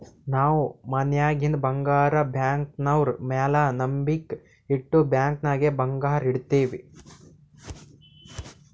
ನಾವ್ ಮನ್ಯಾಗಿಂದ್ ಬಂಗಾರ ಬ್ಯಾಂಕ್ನವ್ರ ಮ್ಯಾಲ ನಂಬಿಕ್ ಇಟ್ಟು ಬ್ಯಾಂಕ್ ನಾಗ್ ಬಂಗಾರ್ ಇಡ್ತಿವ್